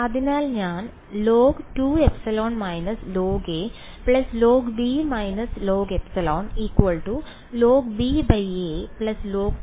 അതിനാൽ ഞാൻ log2ε − log log − logε logba log